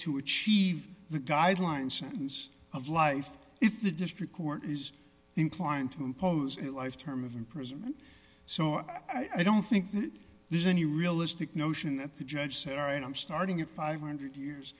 to achieve the guideline sentence of life if the district court is inclined to impose a life term of imprisonment so i don't think that there's any realistic notion that the judge said all right i'm starting at five hundred years